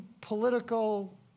political